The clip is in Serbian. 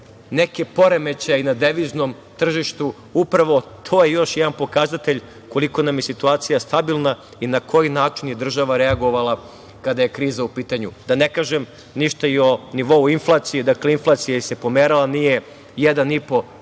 neke poremećaje i na deviznom tržištu, upravo to je još jedan pokazatelj koliko nam je situacija stabilna i na koji način je država reagovala kada je kriza u pitanju, da ne kažem ništa i o nivou inflacije. Dakle, inflacije se pomerala nije, 1,5%